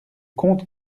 comte